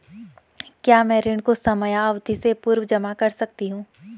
क्या मैं ऋण को समयावधि से पूर्व जमा कर सकती हूँ?